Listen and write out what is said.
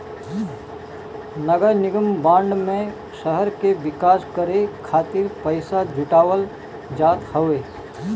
नगरनिगम बांड में शहर के विकास करे खातिर पईसा जुटावल जात हवे